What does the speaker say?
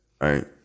right